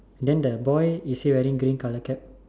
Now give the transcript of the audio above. then the boy is he wearing green color cap